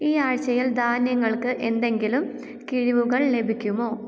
ഈ ആഴ്ചയിൽ ധാന്യങ്ങൾക്ക് എന്തെങ്കിലും കിഴിവുകൾ ലഭിക്കുമോ